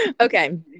Okay